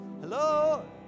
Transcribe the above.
Hello